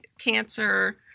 cancer